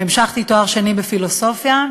והמשכתי לתואר שני בפילוסופיה.